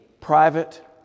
private